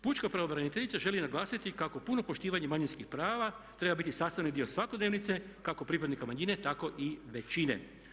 Pučka pravobraniteljica želi naglasiti kako puno poštivanje manjinskih prava treba biti sastavni dio svakodnevnice, kako pripadnika manjine, tako i većine.